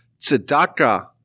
Tzedakah